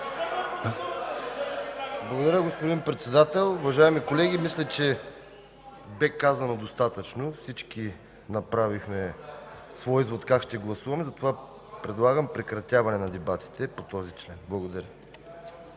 Благодаря, господин Председател. Уважаеми колеги, мисля, че беше казано достатъчно. Всички направихме своя извод как ще гласуваме, затова предлагам прекратяване на дебатите по този член. Благодаря.